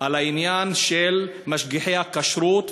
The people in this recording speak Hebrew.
על העניין של משגיחי הכשרות,